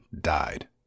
died